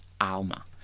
Alma